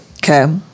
Okay